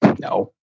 No